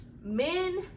Men